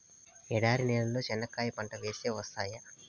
ఎడారి నేలలో చెనక్కాయ పంట వేస్తే వస్తాయా?